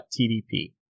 TDP